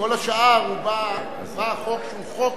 כל השאר, בא החוק שהוא חוק